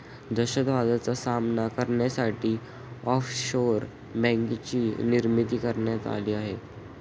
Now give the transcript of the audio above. दहशतवादाचा सामना करण्यासाठी ऑफशोअर बँकेचीही निर्मिती करण्यात आली आहे